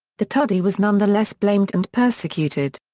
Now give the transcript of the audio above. the tudeh was nonetheless blamed and persecuted.